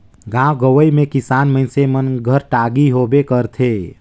गाँव गंवई मे किसान मइनसे मन घर टागी होबे करथे